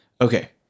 Okay